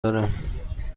دارم